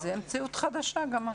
זו מציאות חדשה.